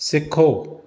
सिखो